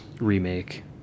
remake